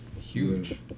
Huge